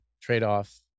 trade-off